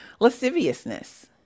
lasciviousness